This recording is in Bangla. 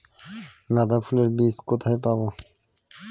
গাঁদা ফুলের বীজ কোথায় পাবো?